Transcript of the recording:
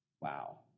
Wow